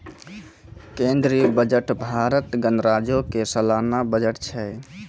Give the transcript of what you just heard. केंद्रीय बजट भारत गणराज्यो के सलाना बजट छै